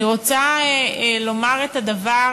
אני רוצה לומר את הדבר